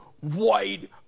White